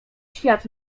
świat